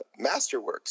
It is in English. Masterworks